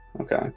Okay